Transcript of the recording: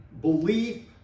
belief